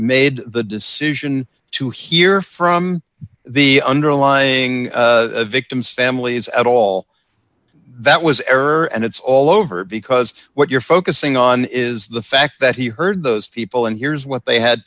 made the decision to hear from the underlying victims families at all that was error and it's all over because what you're focusing on is the fact that he heard those people and here's what they had